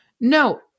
No